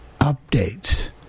updates